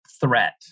threat